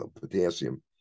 potassium